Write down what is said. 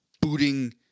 booting